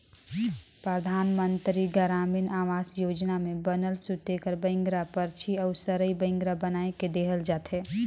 परधानमंतरी गरामीन आवास योजना में बनल सूते कर बइंगरा, परछी अउ रसई बइंगरा बनाए के देहल जाथे